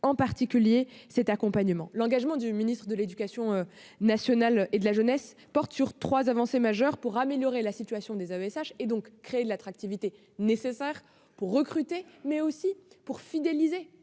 défendu cet accompagnement. L'engagement du ministre de l'éducation nationale et de la jeunesse porte sur trois avancées majeures visant à améliorer la situation des AESH et, donc, à créer l'attractivité nécessaire pour recruter, mais aussi pour fidéliser